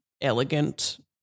elegant